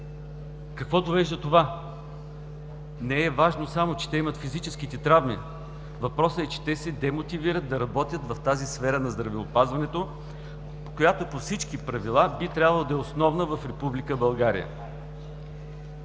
Какво довежда това? Не е важно само, че те имат физическите травми, въпросът е, че те се демотивират да работят в тази сфера на здравеопазването, която по всички правила би трябвало да е основна в Република България.